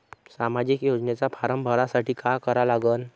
सामाजिक योजनेचा फारम भरासाठी का करा लागन?